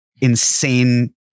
insane